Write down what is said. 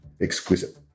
Exquisite